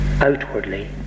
Outwardly